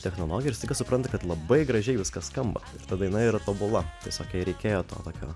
technologiją ir staiga supranta kad labai gražiai viskas skamba ta daina yra tobula tiesiog jai reikėjo to tokio